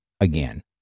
again